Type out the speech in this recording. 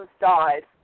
died